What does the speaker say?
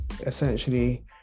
essentially